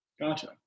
Gotcha